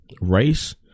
race